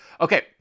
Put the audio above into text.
Okay